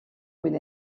will